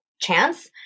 chance